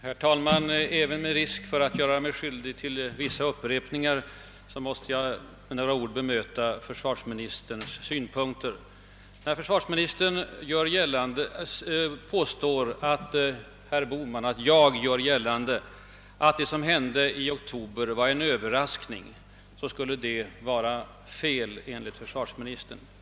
Herr talman! Även med risk att göra mig skyldig till upprepningar måste jag med några ord bemöta försvarsministerns synpunkter. När jag gör gällande att det som hände i oktober var en överraskning, skulle det vara felaktigt enligt försvarsministern.